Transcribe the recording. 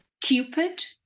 Cupid